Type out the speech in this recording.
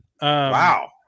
Wow